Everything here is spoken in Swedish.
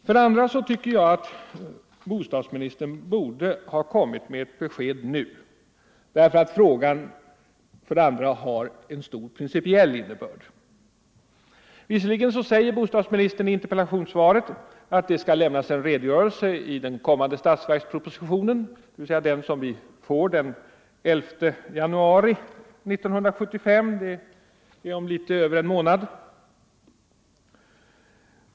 För det andra borde bostadsministern ha kommit med ett besked nu, Nr 131 därför att frågan har stor principiell innebörd. Visserligen säger bostadsmi Fredagen den nistern i interpellationssvaret att det skall lämnas en redogörelse i den 29 november 1974 kommande statsverkspropositionen, som vi ju får den 11 januari 1975, I alltså om litet över en månad.